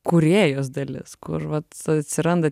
kūrėjos dalis kur vat atsiranda